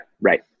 right